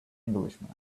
englishman